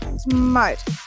Smart